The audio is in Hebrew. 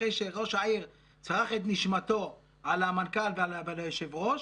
אחרי שראש העיר צרח את נשמתו על המנכ"ל ועל היושב-ראש,